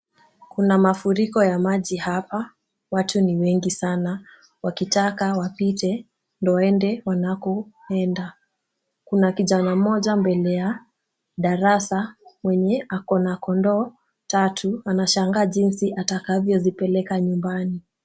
Kuna mafuriko ya maji hapa, watu ni wengi sana wakitaka wapite ndio waende wanako enda. Kuna kijana mmoja mbele ya darasa mwenye akona kondoo tatu. Anashangaa jinsi atakavyo zipeleka nyumbani.